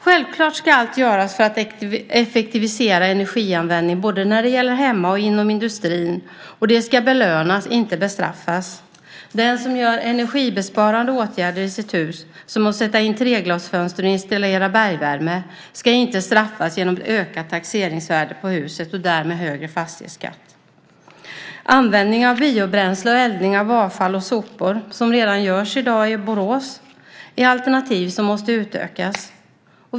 Självfallet ska allt göras för att effektivisera energianvändning både hemma och inom industrin. Det ska belönas, och inte bestraffas. Den som vidtar energibesparande åtgärder i sitt hus, som att sätta in treglasfönster och installera bergvärme, ska inte straffas genom ett ökat taxeringsvärde på huset och därmed högre fastighetsskatt. Användning av biobränsle och eldning av avfall och sopor, som redan görs i dag i Borås, är alternativ som måste utökas.